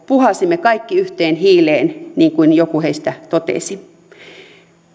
puhalsimme kaikki yhteen hiileen niin kuin joku heistä totesi